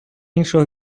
іншого